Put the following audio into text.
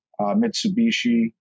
Mitsubishi